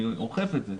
אני אוכף את זה,